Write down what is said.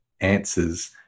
answers